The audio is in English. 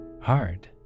hard